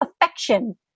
affection